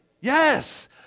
Yes